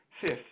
Fifth